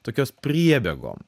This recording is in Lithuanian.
tokios priebėgom